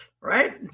right